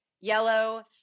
Yellow